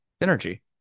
energy